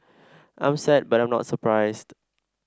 I'm sad but I'm not surprised